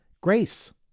grace